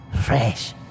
fresh